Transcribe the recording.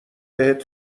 بهت